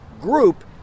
group